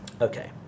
Okay